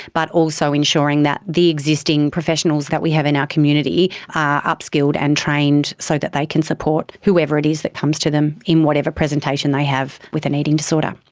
but also ensuring that the existing professionals that we have in our community are up-skilled and trained so that they can support whoever it is that comes to them in whatever presentation they have with an eating disorder.